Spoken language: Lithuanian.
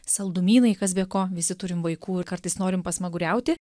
saldumynai kas be ko visi turim vaikų ir kartais norim pasmaguriauti